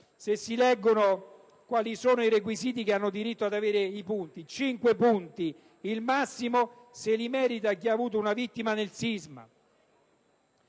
se si leggono quali sono i requisiti che danno diritto ad avere i punti: cinque punti, il massimo, se li merita chi ha avuto una vittima nel sisma.